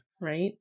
Right